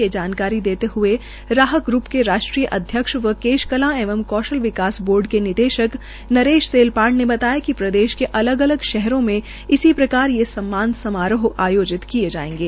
ये जानकारी दते हए राह ग्र्प के राष्ट्रीय अध्यक्ष व केश कला एवं कौशल विकास बोर्ड के निदेशक नरेश सेलफड़ ने बताया कि प्रदेश के अलग अलग शहरों में इसी प्रकार ये सम्मान समारोह आयोजित किये जायेंगे